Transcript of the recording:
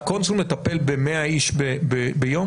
קונסול מטפל ב-100 איש ביום?